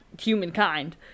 humankind